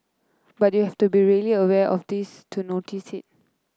but you have to be really aware of this to notice it